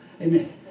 Amen